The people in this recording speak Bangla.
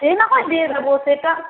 সে না হয় দিয়ে দেবো সেটা